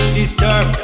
disturb